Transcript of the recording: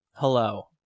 hello